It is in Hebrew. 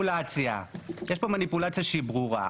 יש פה מניפולציה שהיא ברורה.